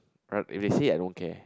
right if they say I don't care